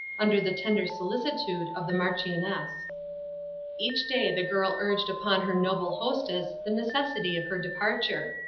under the tender solicitude of the marchioness. each day the girl urged upon her noble hostess the necessity of her departure.